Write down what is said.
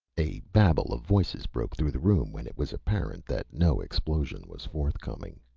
a babble of voices broke through the room when it was apparent that no explosion was forthcoming.